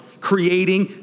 creating